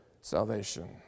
salvation